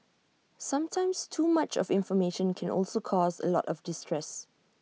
sometimes too much of information can also cause A lot of distress